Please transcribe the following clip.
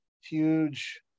huge